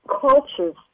cultures